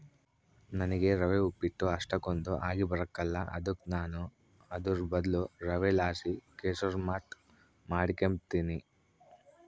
ನನಿಗೆ ರವೆ ಉಪ್ಪಿಟ್ಟು ಅಷ್ಟಕೊಂದ್ ಆಗಿಬರಕಲ್ಲ ಅದುಕ ನಾನು ಅದುರ್ ಬದ್ಲು ರವೆಲಾಸಿ ಕೆಸುರ್ಮಾತ್ ಮಾಡಿಕೆಂಬ್ತೀನಿ